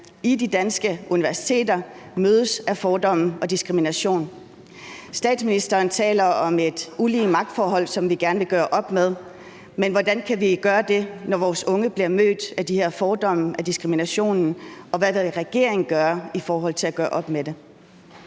på de danske universiteter mødes med fordomme og diskrimination. Statsministeren taler om et ulige magtforhold, som vi gerne vil gøre op med, men hvordan kan vi gøre det, når vores unge bliver mødt med de her fordomme og den her diskrimination? Og hvad vil regeringen gøre i forhold til at gøre op med det?